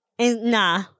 Nah